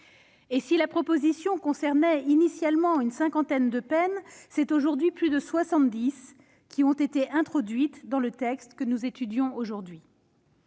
Si la proposition concernait initialement une cinquantaine de peines, ce sont aujourd'hui plus de 70 peines qui ont été introduites dans le texte que nous étudions aujourd'hui.